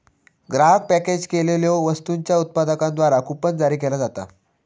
ग्राहक पॅकेज केलेल्यो वस्तूंच्यो उत्पादकांद्वारा कूपन जारी केला जाता